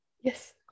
Yes